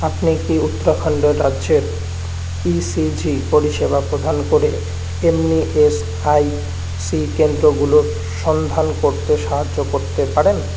আপনি কি উত্তরাখন্ড রাজ্যে ই সি জি পরিষেবা প্রধান করে এমনি এস আই সি কেন্দ্রগুলোর সন্ধান করতে সাহায্য করতে পারেন